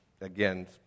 again